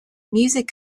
music